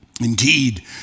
Indeed